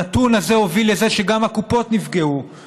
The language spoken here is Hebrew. הנתון הזה הוביל לזה שגם הקופות נפגעו,